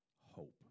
hope